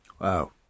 Wow